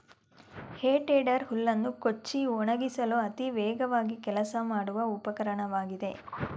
ಹೇ tedder ಹುಲ್ಲನ್ನು ಕೊಚ್ಚಿ ಒಣಗಿಸಲು ಅತಿ ವೇಗವಾಗಿ ಕೆಲಸ ಮಾಡುವ ಉಪಕರಣವಾಗಿದೆ